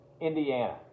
Indiana